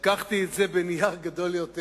הבאתי את זה על נייר גדול יותר.